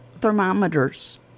thermometers